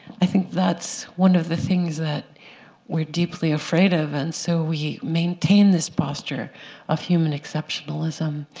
i think that's one of the things that we're deeply afraid of. and so we maintain this posture of human exceptionalism.